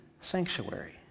sanctuary